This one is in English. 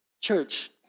Church